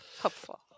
Hopeful